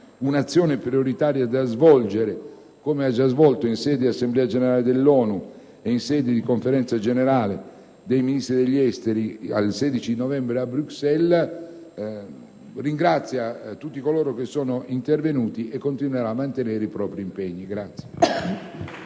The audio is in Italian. un'azione prioritaria da svolgere, come ha già fatto in sede di Assemblea generale dell'ONU e in sede di Conferenza generale dei Ministri degli esteri il 16 novembre a Bruxelles. Il Governo ringrazia pertanto tutti gli intervenuti e continuerà a mantenere i propri impegni.